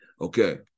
Okay